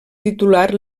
titular